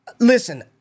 Listen